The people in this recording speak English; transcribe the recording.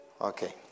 Okay